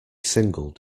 single